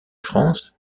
france